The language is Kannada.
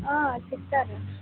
ಹಾಂ ಅಲ್ಲಿ ಸಿಗ್ತಾರೆ